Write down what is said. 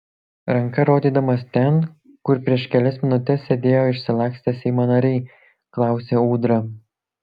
ranka rodydamas ten kur prieš kelias minutes sėdėjo išsilakstę seimo nariai klausė ūdra